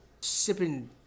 sipping